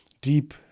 deep